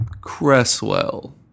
Cresswell